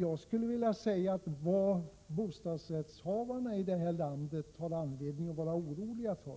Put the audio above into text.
Jag skulle vilja säga att vad bostadsrättshavarna här i landet har anledning att vara oroliga för